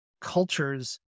cultures